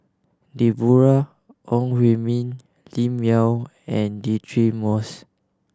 Deborah Ong Hui Min Lim Yau and Deirdre Moss